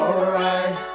Alright